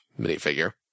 minifigure